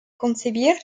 concebir